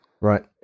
Right